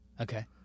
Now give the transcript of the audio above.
Okay